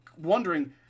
wondering